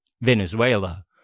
Venezuela